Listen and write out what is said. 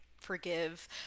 forgive